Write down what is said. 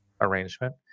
arrangement